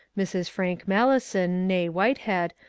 mrs. frank malleson, nie whitehead,